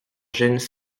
gênes